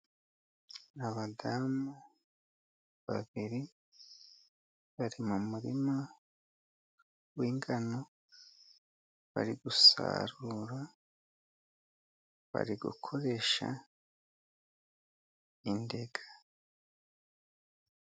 Abadamu babiri, bari mu murima w'ingano, bari gusarura bari gukoresha indiga.